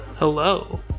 Hello